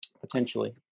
potentially